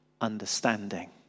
understanding